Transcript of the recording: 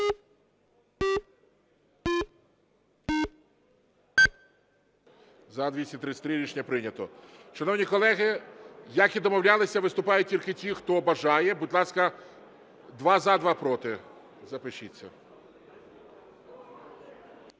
За-233 Рішення прийнято. Шановні колеги, як і домовлялися, виступають тільки ті, хто бажає. Будь ласка, два – за, два – проти запишіться.